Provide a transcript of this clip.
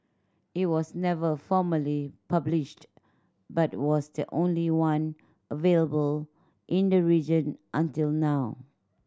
it was never formally published but was the only one available in the region until now